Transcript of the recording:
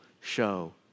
show